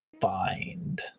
find